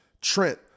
Trent